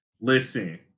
Listen